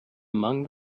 among